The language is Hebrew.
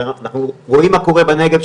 אבל אנחנו רואים מה קורה בנגב,